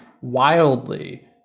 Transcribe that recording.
wildly